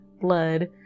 blood